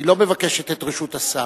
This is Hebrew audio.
היא לא מבקשת את רשות השר.